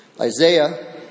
Isaiah